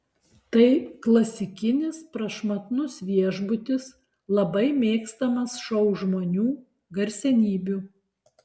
tai klasikinis prašmatnus viešbutis labai mėgstamas šou žmonių garsenybių